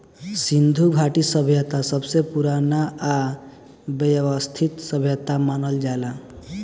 सिन्धु घाटी सभ्यता सबसे पुरान आ वयवस्थित सभ्यता मानल जाला